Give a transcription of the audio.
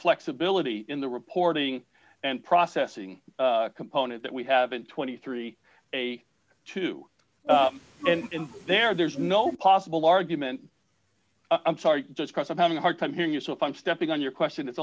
flexibility in the reporting and processing component that we have in twenty three a two and in there there's no possible argument i'm sorry just cos i'm having a hard time hearing you so if i'm stepping on your question it's